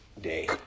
day